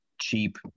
cheap